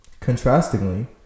Contrastingly